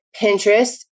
pinterest